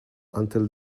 until